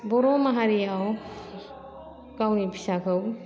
बर' माहारियाव गावनि फिसाखौ